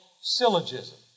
syllogism